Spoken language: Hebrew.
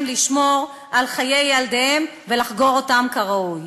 לשמור על חיי ילדיהם ולחגור אותם כראוי.